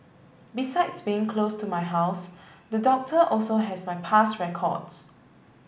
besides being close to my house the doctor also has my past records